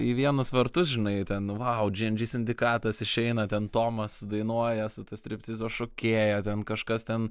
į vienus vartus žinai ten vau džy en džy sindikatas išeina ten tomas sudainuoja su ta striptizo šokėja ten kažkas ten